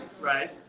Right